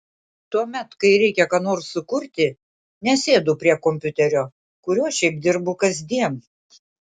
tuomet kai reikia ką nors sukurti nesėdu prie kompiuterio kuriuo šiaip dirbu kasdien